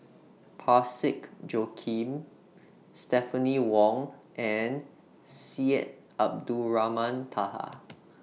Parsick Joaquim Stephanie Wong and Syed Abdulrahman Taha